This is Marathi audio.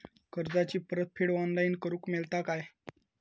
कर्जाची परत फेड ऑनलाइन करूक मेलता काय?